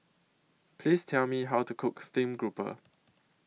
Please Tell Me How to Cook Stream Grouper